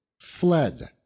fled